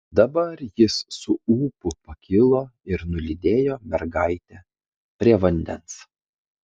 dabar jis su ūpu pakilo ir nulydėjo mergaitę prie vandens